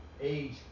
age